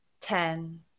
Ten